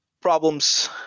problems